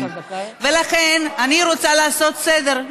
לכן אני רוצה לעשות סדר.